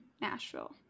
Nashville